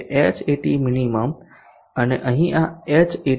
min અને અહીં આ Hat